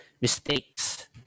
mistakes